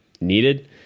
needed